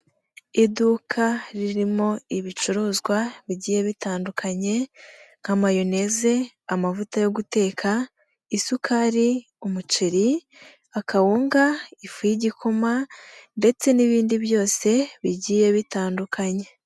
Iduka ririmo ibicuruzwa bigiye bitandukanye nka mayoneze, amavuta yo guteka, isukari umuceri, akawunga, ifu y'igikoma ndetse n'ibindi byose, bigiye bitandukanye.